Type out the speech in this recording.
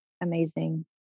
amazing